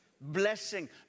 blessing